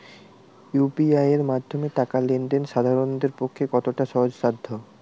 UPI এর মাধ্যমে টাকা লেন দেন সাধারনদের পক্ষে কতটা সহজসাধ্য?